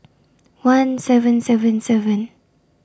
one seven seven seven